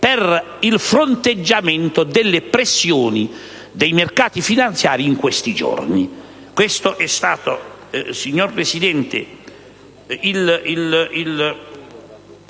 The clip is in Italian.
per fronteggiare le pressioni dei mercati finanziari in questi giorni.